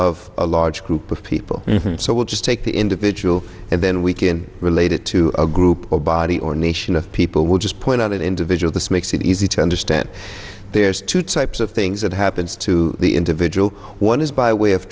of a large group of people so we'll just take the individual and then we can relate it to a group or body or nation of people will just point out individual this makes it easy to understand there's two types of things that happens to the individual one is by way of